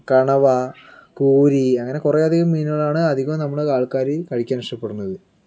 കണവ കൂരി അങ്ങനെ കുറെയധികം മീനുകളാണ് അധികവും നമ്മുടെ ആൾക്കാര് കഴിക്കാൻ ഇഷ്ട്ടപ്പെടുന്നത്